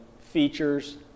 features